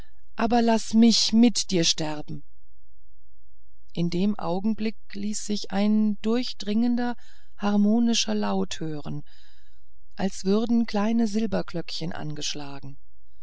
aber laß mich mit dir sterben in dem augenblick ließ sich ein durchdringender harmonischer laut hören als würden kleine silberglöckchen angeschlagen